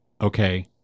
Okay